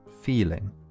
feeling